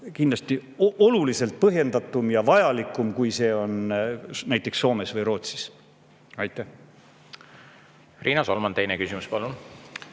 kindlasti oluliselt põhjendatum ja vajalikum, kui see on näiteks Soomes või Rootsis. Riina Solman, teine küsimus, palun!